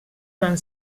van